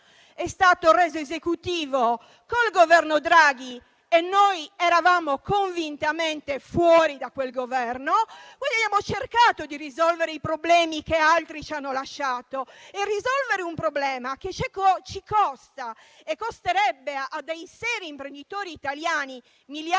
È stato reso esecutivo con il Governo Draghi e noi eravamo convintamente fuori da quel Governo. Abbiamo cercato di risolvere i problemi che altri ci hanno lasciato e risolvere un problema che ci costa e che costerebbe a dei seri imprenditori italiani miliardi